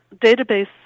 database